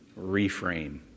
reframe